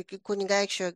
iki kunigaikščio